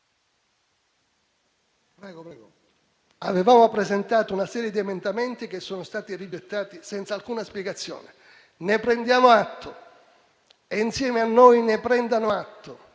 avevamo presentato una serie di emendamenti, che sono stati rigettati senza alcuna spiegazione; ne prendiamo atto e insieme a noi ne prendano atto